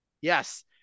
Yes